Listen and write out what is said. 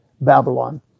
Babylon